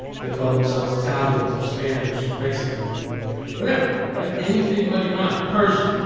they called themselves italians or spanish or mexican or whatever right? anything but iranian persian,